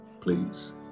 Please